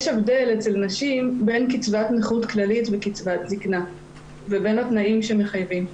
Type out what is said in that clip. יש הבדל אצל נשים בין קצבת נכות כללית וקצבת זקנה ובין התנאים שמחייבים.